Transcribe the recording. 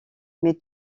mais